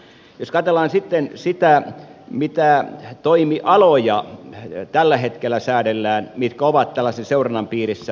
jos katsellaan sitten sitä mitä toimialoja tällä hetkellä säädellään mitkä ovat tällaisen seurannan piirissä